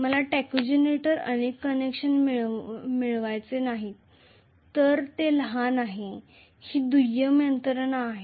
मला टॅकोजेनेरेटरमध्ये अनेक कनेक्शन मिळवायचे नाहीत कारण ते लहान आहे ही दुय्यम यंत्रणा आहे